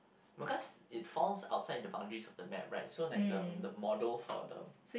because it falls outside the boundaries of the map right so like the the model for the